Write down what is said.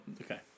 okay